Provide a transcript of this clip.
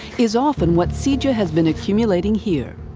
is often what cija has been accumulating here.